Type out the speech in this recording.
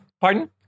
Pardon